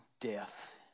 death